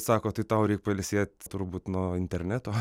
sako tai tau reik pailsėt turbūt nuo interneto